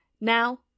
Now